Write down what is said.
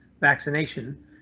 vaccination